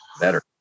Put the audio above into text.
better